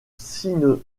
synonyme